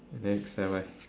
next nevermind